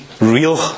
real